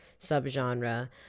subgenre